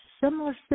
similar